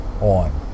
on